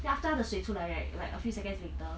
then after 它的水出来 right like a few seconds later